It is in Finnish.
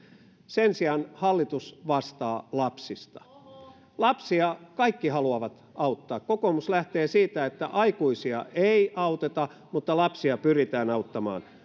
sen sijaan hallitus vastaa lapsista lapsia kaikki haluavat auttaa kokoomus lähtee siitä että aikuisia ei auteta mutta lapsia pyritään auttamaan